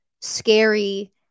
scary